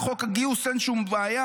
על חוק הגיוס אין שום בעיה.